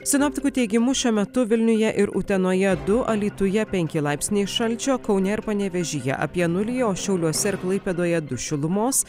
sinoptikų teigimu šiuo metu vilniuje ir utenoje du alytuje penki laipsniai šalčio kaune ir panevėžyje apie nulį o šiauliuose ir klaipėdoje du šilumos